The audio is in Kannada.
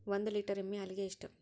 ಒಂದು ಲೇಟರ್ ಎಮ್ಮಿ ಹಾಲಿಗೆ ಎಷ್ಟು?